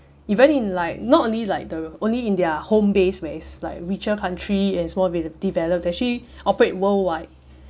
even in like not only like the only in their home base where it's like richer country and it's more de~ developed they actually operate worldwide